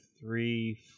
three